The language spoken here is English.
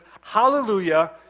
Hallelujah